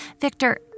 Victor